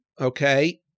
okay